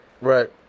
right